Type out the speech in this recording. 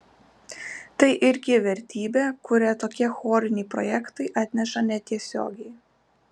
tai irgi vertybė kurią tokie choriniai projektai atneša netiesiogiai